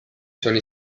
sono